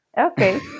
Okay